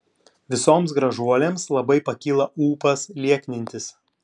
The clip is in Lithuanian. visoms gražuolėms labai pakyla ūpas lieknintis